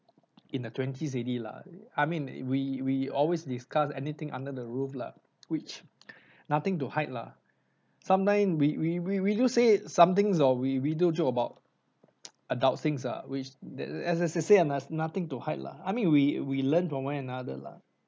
in the twenties already lah I mean we we always discuss anything under the roof lah which nothing to hide lah sometime we we we we do say somethings or we we do joke about adults things ah which as as as I said there's nothing to hide lah I mean we we learn from one another lah